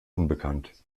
unbekannt